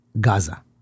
Gaza